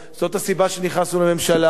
זאת הסיבה שנכנסו לממשלה,